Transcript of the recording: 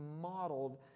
modeled